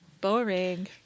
boring